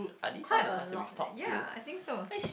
quite a lot leh yeah I think so